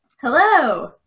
Hello